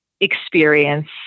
experience